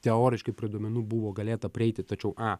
teoriškai prie duomenų buvo galėta prieiti tačiau a